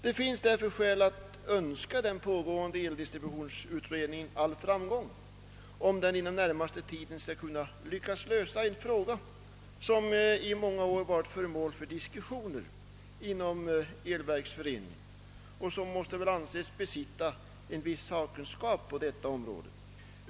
Det finns därför skäl att önska den pågående eldistributionsutredningen all framgång om den inom den närmaste tiden skall lyckas lösa en fråga, som i många år varit föremål för diskussioner inom Elverksföreningen, som måste anses besitta en viss sakkunskap på detta område.